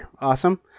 awesome